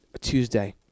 Tuesday